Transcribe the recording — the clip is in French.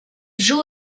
joue